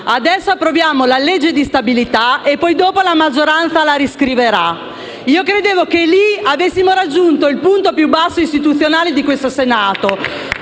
«Adesso approviamo la legge di stabilità e, dopo, la maggioranza la riscriverà». Credevo che in quell'occasione avessimo raggiunto il punto più basso, istituzionale, di questo Senato,